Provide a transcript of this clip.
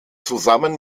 zusammen